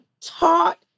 taught